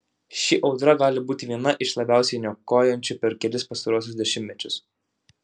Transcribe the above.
ši audra gali būti viena iš labiausiai niokojančių per kelis pastaruosius dešimtmečius